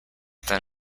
than